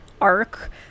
arc